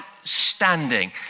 outstanding